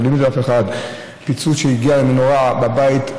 פיצוץ שהגיע ממנורה בבית,